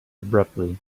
abruptly